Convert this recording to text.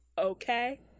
Okay